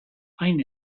hain